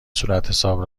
صورتحساب